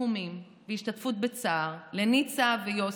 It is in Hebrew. ניחומים והשתתפות בצער לניצה ויוסי,